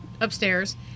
upstairs